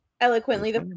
eloquently